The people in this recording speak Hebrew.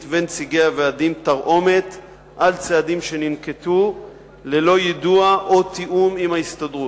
ונציגי הוועדים תרעומת על צעדים שננקטו ללא יידוע או תיאום עם ההסתדרות.